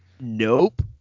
Nope